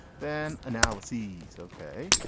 then analysis. ok.